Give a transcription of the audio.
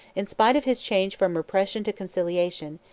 in spite of his change from repression to conciliation,